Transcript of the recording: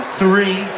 three